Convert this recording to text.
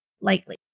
lightly